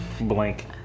blank